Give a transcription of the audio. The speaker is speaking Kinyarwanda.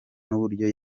n’uburyo